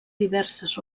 diverses